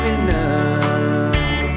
enough